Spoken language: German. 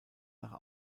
nach